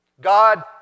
God